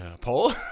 Poll